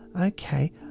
Okay